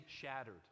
shattered